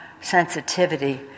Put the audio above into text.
sensitivity